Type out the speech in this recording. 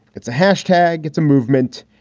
it's a hashtag. it's a movement.